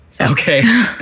Okay